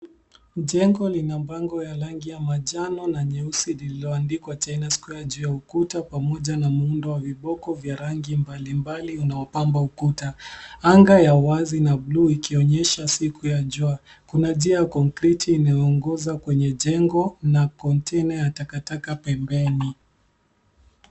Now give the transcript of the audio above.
Jengo lina bango ya rangi ya manjano na nyeusi lililoandikwa jina square juu ya ukuta pamoja na miundo wa viboko vya rangi mbalimbali inayopamba ukuta. Anga ya wazi na buluu ikionyesha siku ya jua. Kuna njia ya konkriti inayoguza kwenye jengo na container ya takataka pembeni.